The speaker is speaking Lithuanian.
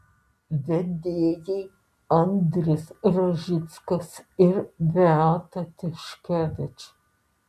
vedėjai andrius rožickas ir beata tiškevič